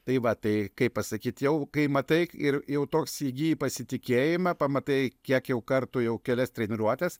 tai va tai kaip pasakyt jau kai matai ir jau toks įgyji pasitikėjimą pamatai kiek jau kartų jau kelias treniruotes